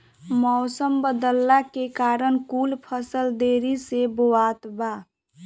मउसम बदलला के कारण कुल फसल देरी से बोवात बा